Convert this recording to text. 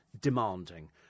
demanding